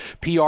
pr